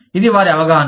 ఇది వారి అవగాహన